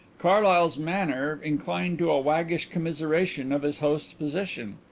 carlyle's manner inclined to a waggish commiseration of his host's position.